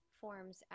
forms